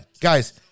Guys